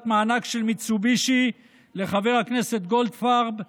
מענק של מיצובישי לחבר הכנסת גולדפרב,